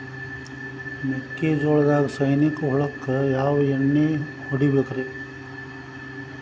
ಮೆಕ್ಕಿಜೋಳದಾಗ ಸೈನಿಕ ಹುಳಕ್ಕ ಯಾವ ಎಣ್ಣಿ ಹೊಡಿಬೇಕ್ರೇ?